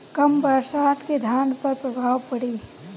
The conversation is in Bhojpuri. कम बरसात के धान पर का प्रभाव पड़ी?